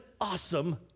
awesome